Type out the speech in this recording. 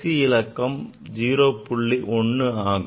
1 ஆகும்